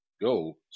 go